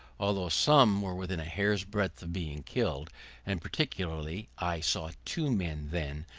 although some were within a hair's breadth of being killed and, particularly, i saw two men then,